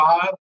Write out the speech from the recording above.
Five